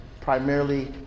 primarily